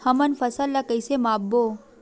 हमन फसल ला कइसे माप बो?